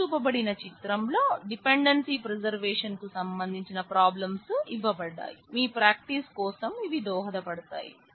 పైన చూపబడిన చిత్రంలో డిపెండెన్సీ ప్రిసర్వేషన్ కు సంబంధించిన ప్రాబ్లమ్స్ ఇవ్వబడ్డాయి మీ ప్రాక్టీస్ కోసం ఇవి దోహాద పడతాయి